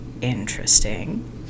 interesting